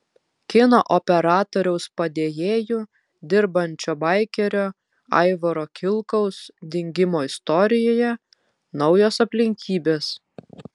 kino operatoriaus padėjėju dirbančio baikerio aivaro kilkaus dingimo istorijoje naujos aplinkybės